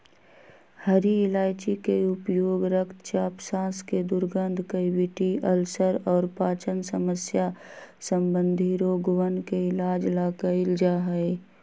हरी इलायची के उपयोग रक्तचाप, सांस के दुर्गंध, कैविटी, अल्सर और पाचन समस्या संबंधी रोगवन के इलाज ला कइल जा हई